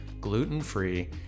gluten-free